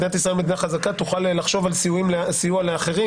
מדינת ישראל היא מדינה חזקה והיא תוכל לחשוב על סיוע לאחרים,